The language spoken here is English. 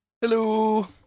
Hello